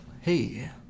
Hey